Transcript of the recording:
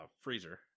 freezer